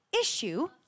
issue